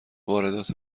واردات